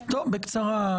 בקצרה.